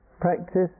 practice